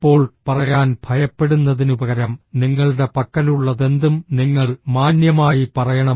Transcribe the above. ഇപ്പോൾ പറയാൻ ഭയപ്പെടുന്നതിനുപകരം നിങ്ങളുടെ പക്കലുള്ളതെന്തും നിങ്ങൾ മാന്യമായി പറയണം